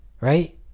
Right